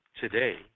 today